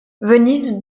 venise